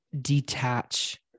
detach